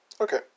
Okay